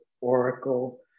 Oracle